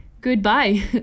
goodbye